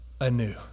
anew